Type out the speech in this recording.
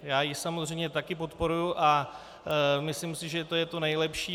Já ji samozřejmě taky podporuji a myslím si, že to je to nejlepší.